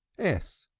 s!